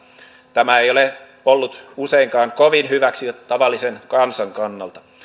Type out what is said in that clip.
tämä ei ole ollut useinkaan kovin hyväksi tavallisen kansan kannalta